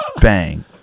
Bang